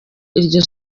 iryo